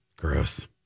Gross